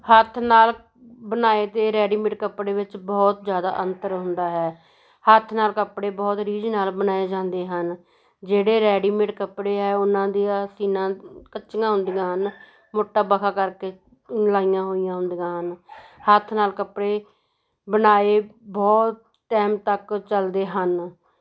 ਹੱਥ ਨਾਲ ਬਣਾਏ ਦੇ ਰੈਡੀਮੇਡ ਕੱਪੜੇ ਵਿੱਚ ਬਹੁਤ ਜ਼ਿਆਦਾ ਅੰਤਰ ਹੁੰਦਾ ਹੈ ਹੱਥ ਨਾਲ ਕੱਪੜੇ ਬਹੁਤ ਰੀਝ ਨਾਲ ਬਣਾਏ ਜਾਂਦੇ ਹਨ ਜਿਹੜੇ ਰੈਡੀਮੇਡ ਕੱਪੜੇ ਆ ਉਹਨਾਂ ਦੀਆਂ ਸੀਨਾ ਕੱਚੀਆਂ ਹੁੰਦੀਆਂ ਹਨ ਮੋਟਾਂ ਵਖਾ ਕਰਕੇ ਲਾਈਆਂ ਹੋਈਆਂ ਹੁੰਦੀਆਂ ਹਨ ਹੱਥ ਨਾਲ ਕੱਪੜੇ ਬਣਾਏ ਬਹੁਤ ਟਾਈਮ ਤੱਕ ਚਲਦੇ ਹਨ